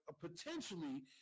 potentially